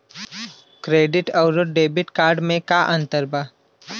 Credit अउरो debit card मे का अन्तर बा?